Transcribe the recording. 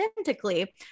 authentically